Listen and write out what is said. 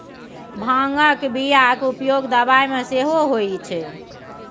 भांगक बियाक उपयोग दबाई मे सेहो होए छै